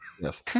Yes